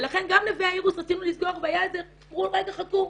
ולכן גם נווה האירוס רצינו לסגור ואמרו רגע, חכו.